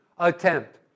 attempt